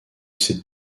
ses